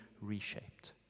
reshaped